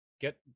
get